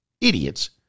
idiots